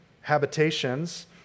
habitations